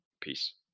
Peace